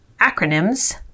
acronyms